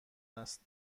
است